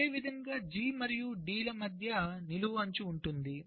అదేవిధంగా G మరియు D ల మధ్య నిలువు అంచు ఉంటుంది